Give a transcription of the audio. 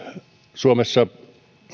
suomessa